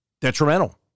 detrimental